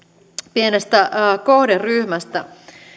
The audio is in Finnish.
pienestä kohderyhmästä